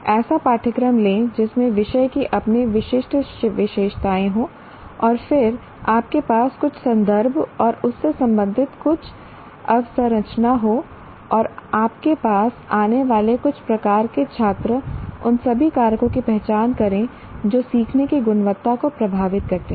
ऐसा पाठ्यक्रम लें जिसमें विषय की अपनी विशिष्ट विशेषताएं हों और फिर आपके पास कुछ संदर्भ और उससे संबंधित कुछ अवसंरचना हो और आपके पास आने वाले कुछ प्रकार के छात्र उन सभी कारकों की पहचान करें जो सीखने की गुणवत्ता को प्रभावित करते हैं